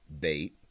bait